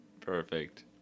Perfect